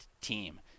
team